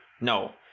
No